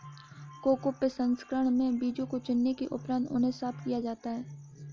cocoa प्रसंस्करण में बीजों को चुनने के उपरांत उन्हें साफ किया जाता है